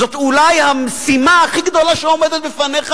זאת אולי המשימה הכי גדולה שעומדת בפניך,